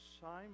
Simon